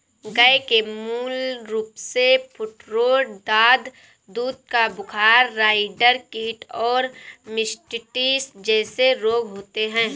गय के मूल रूपसे फूटरोट, दाद, दूध का बुखार, राईडर कीट और मास्टिटिस जेसे रोग होते हें